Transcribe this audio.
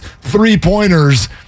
Three-pointers